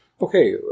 Okay